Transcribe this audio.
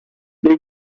they